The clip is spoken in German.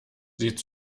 sieht